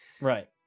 right